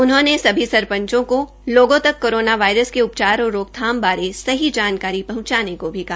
उन्होंने सभी सरपंचों को रूकावत को लोगों तक कोरोना वायरस के उपचार और रोकथाम बारे सही जानकारी पहंचाने को भी कहा